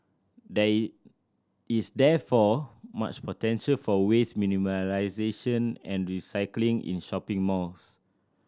there is is therefore much potential for waste minimisation and recycling in shopping malls